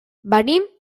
venim